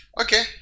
Okay